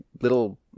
little